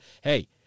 hey